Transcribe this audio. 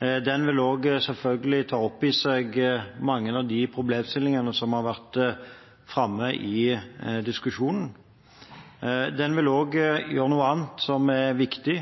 vil selvfølgelig ta opp i seg mange av de problemstillingene som har vært framme i diskusjonen. Den vil også gjøre noe annet som er viktig,